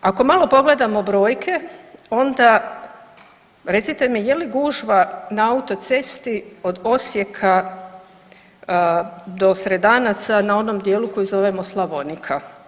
Ako malo pogledamo brojke, onda, recite mi, je li gužva na autocesti od Osijeka do Sredanaca na onom dijelu koji zovemo Slavonika?